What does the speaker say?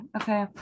okay